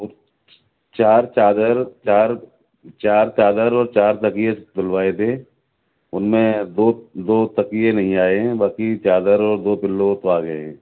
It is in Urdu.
چار چادر چار چار چادر اور چار تکیے بلوائے تھے ان میں دو دو تکیے نہیں آئے ہیں باقی چادر اور دو پلو تو آ گئے ہیں